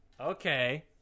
Okay